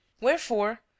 Wherefore